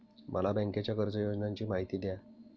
मला बँकेच्या कर्ज योजनांची माहिती द्या